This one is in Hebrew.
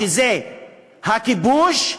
שזה הכיבוש,